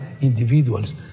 individuals